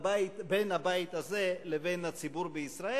בין הבית הזה לבין הציבור בישראל.